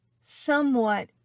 somewhat